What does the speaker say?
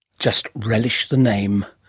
just relish the name.